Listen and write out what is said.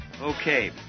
Okay